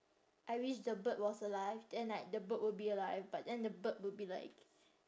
I wish the bird was alive then like the bird will be alive but then the bird will be like